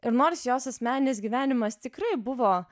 ir nors jos asmeninis gyvenimas tikrai buvo